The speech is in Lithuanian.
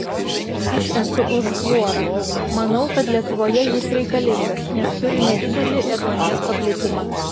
aš esu už fluorą manau kad lietuvoje jis reikalingas nes turime didelį ėduonies paplitimą